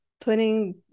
putting